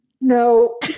no